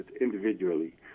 individually